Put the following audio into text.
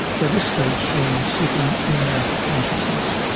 by this stage, shaun was slipping in and out of consciousness.